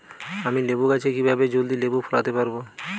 আমি লেবু গাছে কিভাবে জলদি লেবু ফলাতে পরাবো?